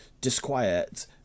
disquiet